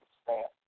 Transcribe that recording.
stand